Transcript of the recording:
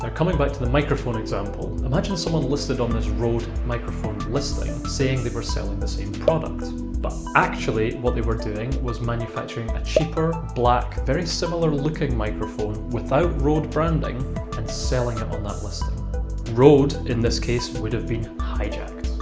coming back to the microphone example imagine someone listed on this rode microphone listing, saying they were selling the same product but actually what they were doing was manufacturing a cheaper, black, very similar looking microphone without rode branding and selling it on that listing rode in this case would have been hijacked!